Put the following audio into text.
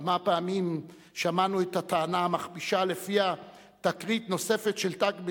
כמה פעמים שמענו את הטענה המכפישה שלפיה "תקרית נוספת של 'תג מחיר'